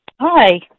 Hi